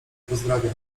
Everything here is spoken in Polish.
pozdrawia